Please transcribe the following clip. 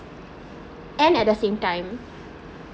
and at the same time